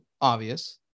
obvious